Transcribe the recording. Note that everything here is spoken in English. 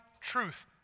truth